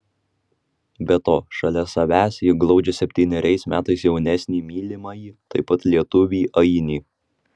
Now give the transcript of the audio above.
be to šalia savęs ji glaudžia septyneriais metais jaunesnį mylimąjį taip pat lietuvį ainį